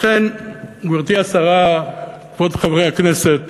לכן, גברתי השרה, כבוד חברי הכנסת,